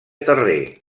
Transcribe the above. terrer